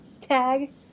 tag